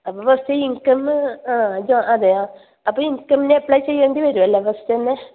അപ്പം first income ആ ജോ അതെയ ഇൻകമിന് അപ്ലൈ ചെയ്യേണ്ടി വരുമല്ലേ ഫസ്റ്റ് തന്നെ